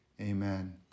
Amen